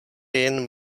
jen